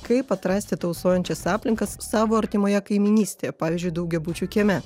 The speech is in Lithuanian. kaip atrasti tausojančias aplinkas savo artimoje kaimynystėje pavyzdžiui daugiabučių kieme